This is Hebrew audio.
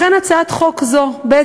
הצעת החוק הזאת היא,